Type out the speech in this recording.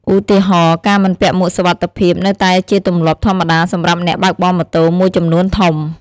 ឧទាហរណ៍ ការមិនពាក់មួកសុវត្ថិភាពនៅតែជាទម្លាប់ធម្មតាសម្រាប់អ្នកបើកបរម៉ូតូមួយចំនួនធំ។